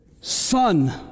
Son